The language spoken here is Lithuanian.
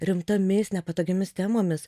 rimtomis nepatogiomis temomis